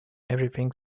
everything